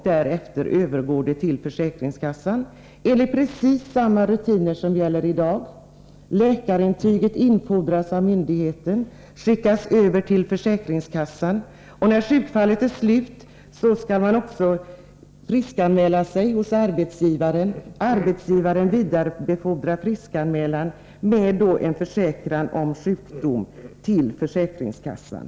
Därefter övergår den till försäkringskassan, enligt precis samma rutiner som gäller i dag; läkarintyget infordras av myndigheten och skickas över till försäkringskassan, och när sjukfallet är slut skall man friskanmäla sig hos arbetsgivaren. Arbetsgivaren vidarebefordrar friskanmälan med en försäkran om sjukdom till försäkringskassan.